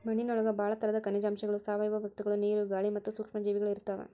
ಮಣ್ಣಿನೊಳಗ ಬಾಳ ತರದ ಖನಿಜಾಂಶಗಳು, ಸಾವಯವ ವಸ್ತುಗಳು, ನೇರು, ಗಾಳಿ ಮತ್ತ ಸೂಕ್ಷ್ಮ ಜೇವಿಗಳು ಇರ್ತಾವ